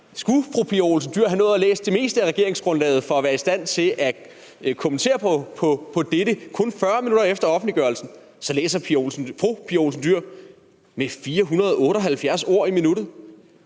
Skulle fru Pia Olsen Dyhr havde nået at læse det meste af regeringsgrundlaget for at være i stand til at kommentere dette kun 40 minutter efter offentliggørelsen, så læser fru Pia Olsen Dyhr med 478 ord i minuttet.